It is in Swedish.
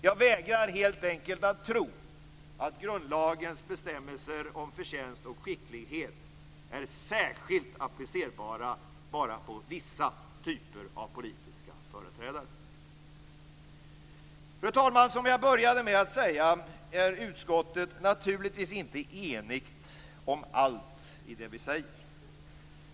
Jag vägrar helt enkelt att tro att grundlagens bestämmelser om förtjänst och skicklighet är särskilt applicerbara bara på vissa typer av politiska företrädare. Fru talman! Som jag började med att säga är vi i utskottet naturligtvis inte eniga om allt.